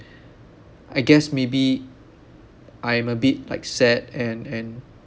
I guess maybe I'm a bit like sad and and